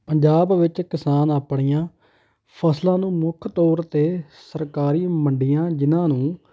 ਪੰਜਾਬ ਵਿੱਚ ਕਿਸਾਨ ਆਪਣੀਆਂ ਫ਼ਸਲਾਂ ਨੂੰ ਮੁੱਖ ਤੋਰ ਤੇ ਸਰਕਾਰੀ ਮੰਡੀਆਂ ਜਿਨ੍ਹਾਂ ਨੂੰ